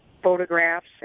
photographs